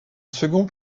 second